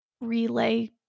relay